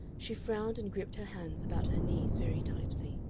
she frowned and gripped her hands about her knees very tightly.